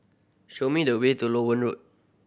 show me the way to Loewen Road